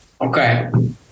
okay